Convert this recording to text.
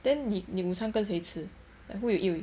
then 你你午餐跟随吃 like who you eat with